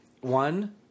One